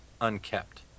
unkept